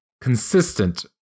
consistent